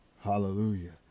Hallelujah